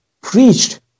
preached